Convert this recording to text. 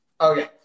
Okay